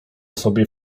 sobie